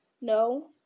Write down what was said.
No